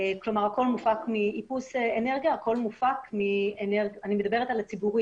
כלומר שהכול יופק מאנרגיה סולרית